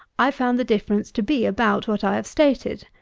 i found the difference to be about what i have stated.